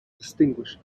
distinguished